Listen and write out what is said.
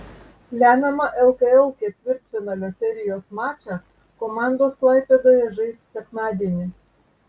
lemiamą lkl ketvirtfinalio serijos mačą komandos klaipėdoje žais sekmadienį